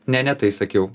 ne ne tai sakiau